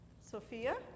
Sophia